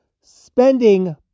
spending